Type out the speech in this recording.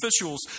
officials